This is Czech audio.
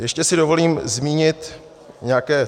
Ještě si dovolím zmínit nějaké ...